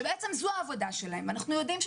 שזו העבודה שלהם אנחנו יודעים,